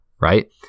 right